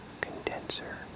condenser